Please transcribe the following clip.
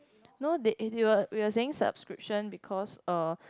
no that it we were we were saying subscription because uh